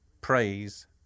praise